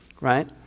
right